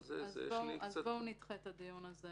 אז בואו נדחה את הדיון הזה